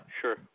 sure